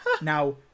now